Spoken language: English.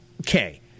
okay